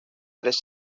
tres